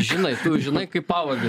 žinai žinai kaip pavardę